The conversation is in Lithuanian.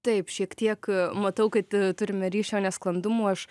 taip šiek tiek matau kad turime ryšio nesklandumų aš